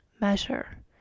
measure